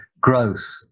growth